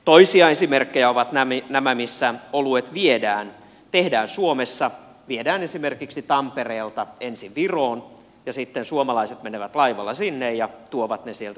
toisia esimerkkejä ovat nämä missä oluet tehdään suomessa viedään esimerkiksi tampereelta ensin viroon ja sitten suomalaiset menevät laivalla sinne ja tuovat ne sieltä takaisin tänne